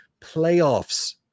playoffs